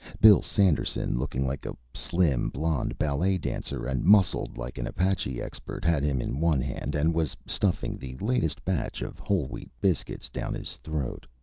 bill sanderson, looking like a slim, blond ballet dancer and muscled like an apache expert, had him in one hand and was stuffing the latest batch of whole wheat biscuits down his throat.